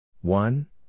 one